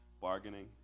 bargaining